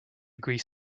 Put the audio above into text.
grease